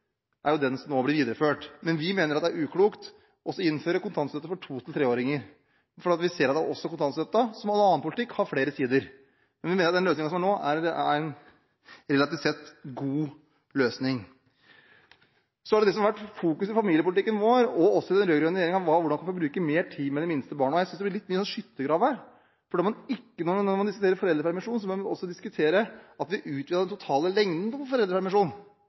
er jo den som nå blir videreført. Men vi mener at det er uklokt å innføre kontantstøtte for to- og treåringer, for vi ser at kontantstøtten, som all annen politikk, har flere sider. Vi mener at den løsningen vi har, er en relativt sett god løsning. Så har det vært fokus i familiepolitikken vår, og også i den rød-grønne regjeringen, på hvordan en kan få bruke mer tid med de minste barna. Jeg synes det blir litt mye skyttergrav her, for når man diskuterer foreldrepermisjon, bør man også ta med at vi utvidet den totale lengden på foreldrepermisjonen.